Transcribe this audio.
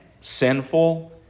sinful